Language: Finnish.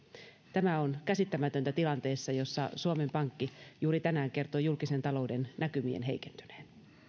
tämä on käsittämätöntä tilanteessa jossa suomen pankki juuri tänään kertoi julkisen talouden näkymien heikentyneen